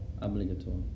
obligatory